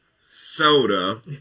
soda